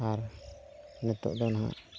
ᱟᱨ ᱱᱤᱛᱚᱜ ᱫᱚ ᱦᱟᱸᱜ